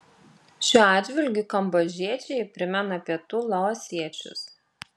šiuo atžvilgiu kambodžiečiai primena pietų laosiečius